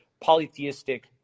polytheistic